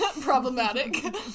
problematic